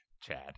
Chad